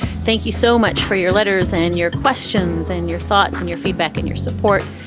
thank you so much for your letters and your questions and your thoughts and your feedback and your support.